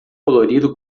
colorido